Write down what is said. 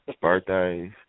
birthdays